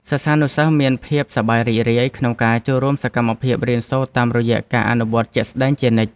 សិស្សានុសិស្សមានភាពសប្បាយរីករាយក្នុងការចូលរួមសកម្មភាពរៀនសូត្រតាមរយៈការអនុវត្តជាក់ស្តែងជានិច្ច។